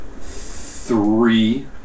three